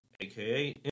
aka